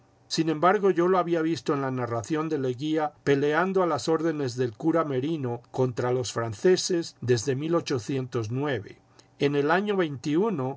sin embargo yo lo había visto en la narración de leguía peleando a las órdenes del cura merino contra los franceses desde en el año